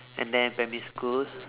and then primary school